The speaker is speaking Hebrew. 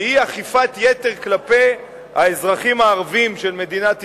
שהיא אכיפת יתר כלפי האזרחים הערבים של מדינת ישראל,